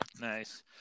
Nice